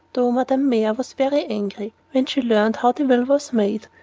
though madame mere was very angry when she learned how the will was made.